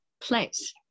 place